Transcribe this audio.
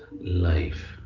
life